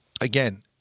again